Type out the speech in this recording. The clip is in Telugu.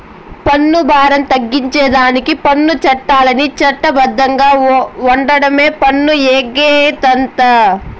పన్ను బారం తగ్గించేదానికి పన్ను చట్టాల్ని చట్ట బద్ధంగా ఓండమే పన్ను ఎగేతంటే